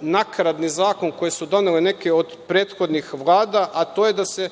nakaradni zakon koji su donele neke od prethodnih Vlada, a to je da taj